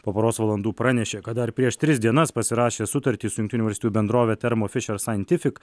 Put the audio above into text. po poros valandų pranešė kad dar prieš tris dienas pasirašė sutartį su jungtinių valstijų bendrove thermo fisher scientific